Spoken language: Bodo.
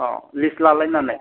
औ लिस्ट लालायनानै